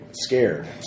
Scared